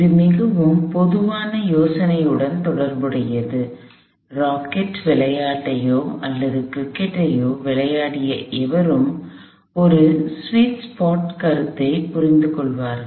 இது மிகவும் பொதுவான யோசனையுடன் தொடர்புடையது ராக்கெட் விளையாட்டையோ அல்லது கிரிக்கெட்டையோ விளையாடிய எவரும் ஒரு ஸ்வீட் ஸ்பாட் கருத்தை புரிந்துகொள்வார்கள்